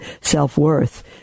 self-worth